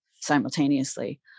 simultaneously